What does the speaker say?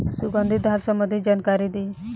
सुगंधित धान संबंधित जानकारी दी?